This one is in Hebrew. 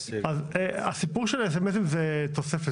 הסמסים זה תוספת.